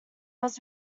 was